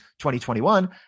2021